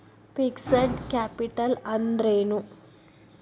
Fixed capital ಅಂದ್ರೇನು?